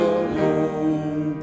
alone